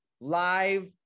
live